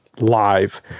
live